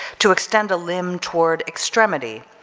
to extend a limb toward extremity,